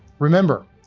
remember,